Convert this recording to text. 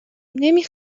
نمی